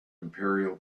imperial